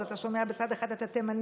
אז אתה שומע בצד אחד את התימנים,